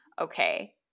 Okay